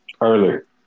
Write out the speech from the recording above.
Earlier